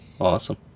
Awesome